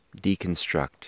deconstruct